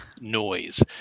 noise